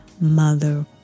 mother